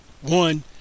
one